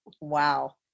wow